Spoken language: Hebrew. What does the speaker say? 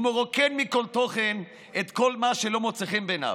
הוא מרוקן מכל תוכן את כל מה שלא מוצא חן בעיניו.